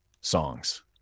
songs